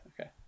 Okay